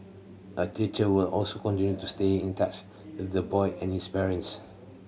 a teacher will also continue to stay in touch with the boy and his parents